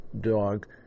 dog